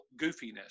goofiness